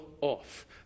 off